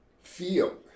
Feel